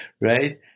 right